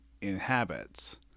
inhabits